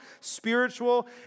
spiritual